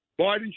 Biden